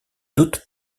doute